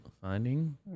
finding